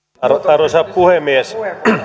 arvoisa puhemies